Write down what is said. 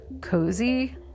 cozy